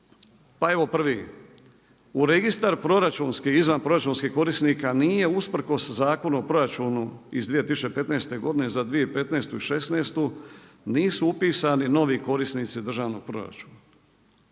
Pa evo prvi, u registar proračunskih i izvanproračunskih korisnika nije usprkos Zakonu o proračunu iz 2015. godine za 2015 i 2016. nisu upisani novi korisnici državnog proračuna.